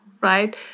right